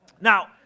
now